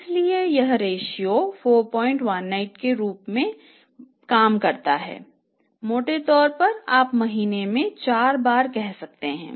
इसलिए यह रेश्यो 418 के रूप में काम करता है मोटे तौर पर आप महीने में 4 बार कह सकते हैं